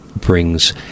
brings